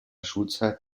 schulzeit